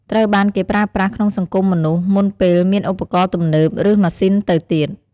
ត្រូវបានគេប្រើប្រាស់ក្នុងសង្គមមនុស្សមុនពេលមានឧបករណ៍ទំនើប ឬម៉ាស៊ីនទៅទៀត។